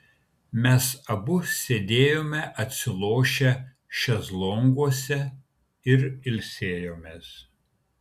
mes abu sėdėjome atsilošę šezlonguose ir ilsėjomės